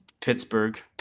Pittsburgh